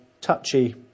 touchy